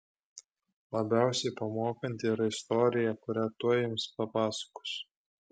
labiausiai pamokanti yra istorija kurią tuoj jums papasakosiu